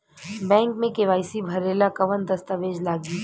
Bank मे KYC भरेला कवन दस्ता वेज लागी?